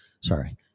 Sorry